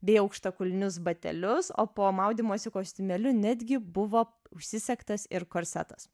bei aukštakulnius batelius o po maudymosi kostiumėliu netgi buvo užsisegtas ir korsetas